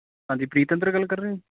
ਹਾਂਜੀ ਪ੍ਰੀਤਇੰਦਰ ਗੱਲ ਕਰ ਰਹੇ